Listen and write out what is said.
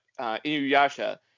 Inuyasha